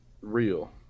real